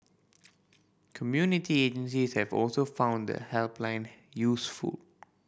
community agencies have also found the helpline useful